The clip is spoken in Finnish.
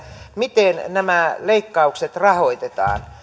miten nämä leikkaukset rahoitetaan